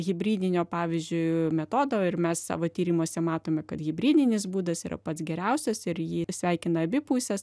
hibridinio pavyzdžiui metodo ir mes savo tyrimuose matome kad hibridinis būdas yra pats geriausias ir jį sveikina abi pusės